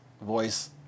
voice